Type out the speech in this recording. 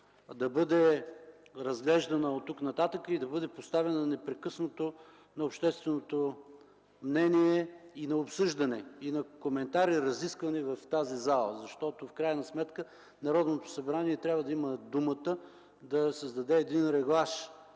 да бъде разглеждана оттук нататък и да бъде поставяна непрекъснато на общественото мнение, на обсъждане, на коментар и разискване в тази зала. Народното събрание трябва да има думата да създаде един реглаж